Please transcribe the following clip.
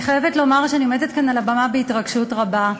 אני חייבת לומר שאני עומדת כאן על הבמה בהתרגשות רבה.